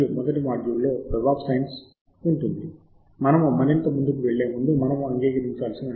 నేను చెప్పబోయే ఈ మాడ్యూల్ యొక్క రెండవ భాగం గ్రంథ పట్టిక సమాచారమునకు మూలముగా స్కోపస్ను ఉపయోగించటం ఎలాగో వివరించబోతున్నాను